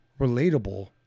relatable